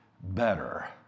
better